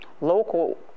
local